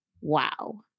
wow